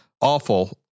awful